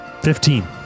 Fifteen